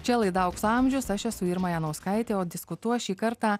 čia laida aukso amžius aš esu irma janauskaitė o diskutuos šį kartą